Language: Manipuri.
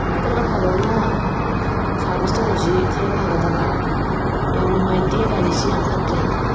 ꯈꯤꯇꯪ ꯑꯐꯕ ꯑꯃ ꯁꯔꯚꯤꯁ ꯇꯧꯔꯗꯤ ꯈꯔ ꯐꯒꯗꯕ ꯌꯥꯝ ꯅꯨꯡꯉꯥꯏꯇꯦ ꯒꯥꯔꯤꯁꯤ ꯌꯥꯝ ꯐꯠꯇ꯭ꯔꯦ